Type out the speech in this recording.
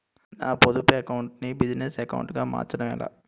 నా పొదుపు అకౌంట్ నీ బిజినెస్ అకౌంట్ గా మార్చడం ఎలా?